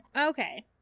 Okay